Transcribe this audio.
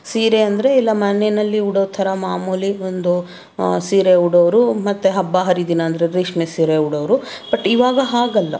ಸೀರೆ ಅಂದರೆ ಎಲ್ಲ ಮನೆಯಲ್ಲಿ ಉಡೋ ಥರ ಮಾಮೂಲಿ ಒಂದು ಸೀರೆ ಉಡೋರು ಮತ್ತೆ ಹಬ್ಬ ಹರಿದಿನ ಅಂದರೆ ರೇಷ್ಮೆ ಸೀರೆ ಉಡೋರು ಬಟ್ ಈವಾಗ ಹಾಗಲ್ಲ